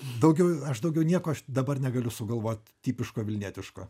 daugiau aš daugiau nieko aš dabar negaliu sugalvot tipiško vilnietiško